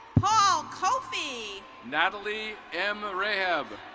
paul kofie. natalie m raheb.